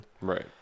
Right